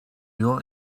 your